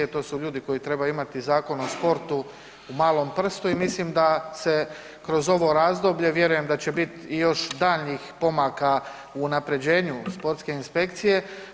To su ljudi koji trebaju imati Zakon o sportu u malom prstu i mislim da se kroz ovo razdoblje, vjerujem da će biti i još daljnjih pomaka u unapređenju sportske inspekcije.